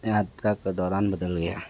यात्रा का दौरान बदल गया